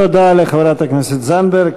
תודה לחברת הכנסת זנדברג.